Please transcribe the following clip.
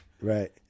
Right